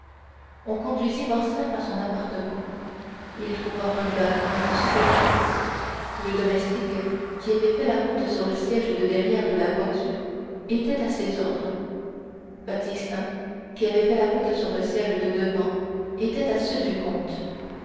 on conduisit morcerf à son appartement il trouva un bain et un souper prêts le domestique qui avait fait la route sur le siège de derrière de la voiture était à ses ordres baptistin qui avait fait la route sur le siège de devant était à ceux du comte